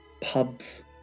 pubs